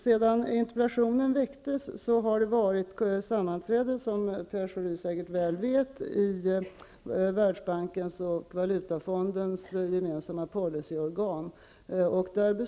Sedan interpellationen väcktes har det hållits sammanträden, som Pierre Schori säkert vet, i Världsbankens och Valutafondens gemensamma policyorgan.